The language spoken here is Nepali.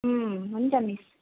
उम् हुन्छ मिस